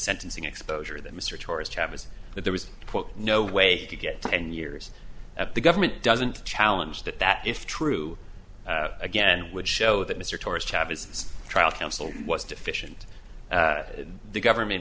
sentencing exposure that mr tourist have is that there was no way to get ten years at the government doesn't challenge that that if true again would show that mr tourist have his trial counsel was deficient and the government